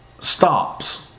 stops